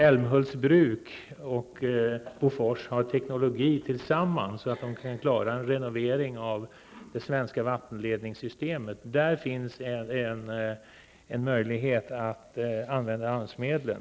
Älmhults bruk och Bofors har teknologi tillsammans så att de kan klara en renovering av det svenska vattenledningssystemet. Där finns en möjlighet att använda AMS-medlen.